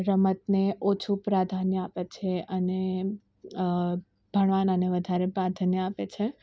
રમતને ઓછું પ્રાધાન્ય આપે છે અને ભણવાનાને વધારે પ્રાધાન્ય આપે છે